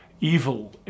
evil